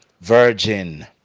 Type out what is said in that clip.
virgin